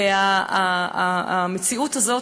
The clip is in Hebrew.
את המציאות הזאת,